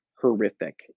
horrific